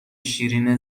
شیرین